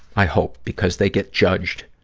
i hope, because they get judged